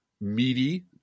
meaty